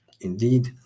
Indeed